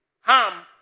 Ham